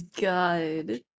god